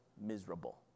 miserable